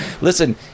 Listen